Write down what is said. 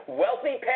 wealthy